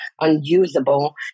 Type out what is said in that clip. unusable